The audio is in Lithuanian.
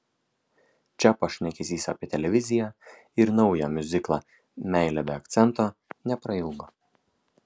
čia pašnekesys apie televiziją ir naują miuziklą meilė be akcento neprailgo